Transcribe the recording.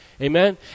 Amen